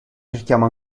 cerchiamo